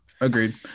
Agreed